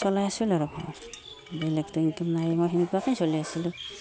চলাই আছিলোঁ আৰু ঘৰ বেলেগতো ইনকম নাইয়ে মই সেনেকুৱাকৈয়ে চলি আছিলোঁ